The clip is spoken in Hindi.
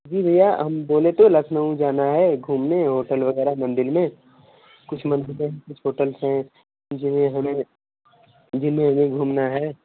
जी भैया हम बोले थे लखनऊ जाना है घूमने होटल वगैरह मंडिल में कुछ मंदिले हैं कुछ होटेल्स हैं जिन्हे हमे जिन्हे हमे घूमना है